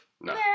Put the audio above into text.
no